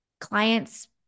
clients